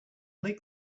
make